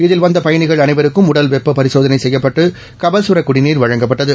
இதில் வந்த பயணிகள் அனைவருக்கும் உடல் வெப்ப பரிசோதனை செய்யப்பட்டு கபகரக் குடிநீர் வழங்கப்பட்டது